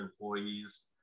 employees